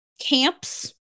Camps